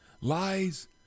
lies